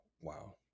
wow